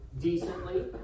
decently